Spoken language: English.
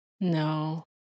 No